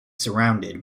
surrounded